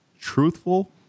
truthful